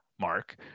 mark